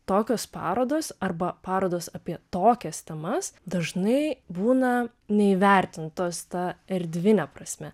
tokios parodos arba parodos apie tokias temas dažnai būna neįvertintos ta erdvine prasme